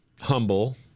humble